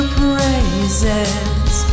praises